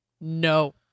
No